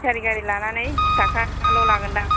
बेटारि गारि लानानै बिस थाखाल' लागोनखोमा